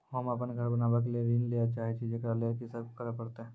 होम अपन घर बनाबै के लेल ऋण चाहे छिये, जेकरा लेल कि सब करें परतै?